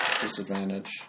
disadvantage